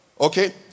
Okay